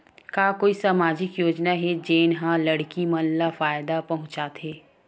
का कोई समाजिक योजना हे, जेन हा लड़की मन ला फायदा पहुंचाथे?